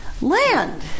land